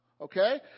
Okay